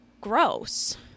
gross